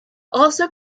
also